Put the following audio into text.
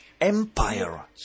Empire